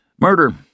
Murder